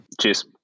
Cheers